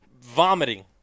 vomiting